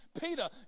Peter